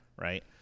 right